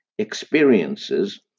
experiences